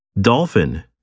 Dolphin